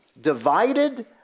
divided